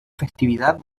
festividad